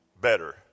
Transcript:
better